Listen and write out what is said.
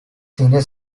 senior